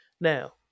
now